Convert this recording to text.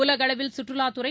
உலகஅளவில் சுற்றுவாத்துறை